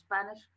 Spanish